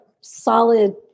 solid